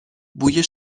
بوی